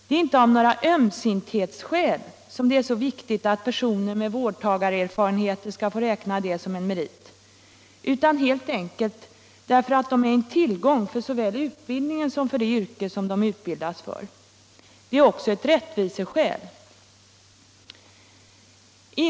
Det är inte av några ömsinthetsskäl som det är så viktigt att personer med vårdtagarerfarenheter skall få räkna de erfarenheterna som en merit utan helt enkelt därför att de är en tillgång för såväl utbildningen som det yrke de utbildas för. Också av rättviseskäl bör dessa erfarenheter räknas som merit.